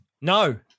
No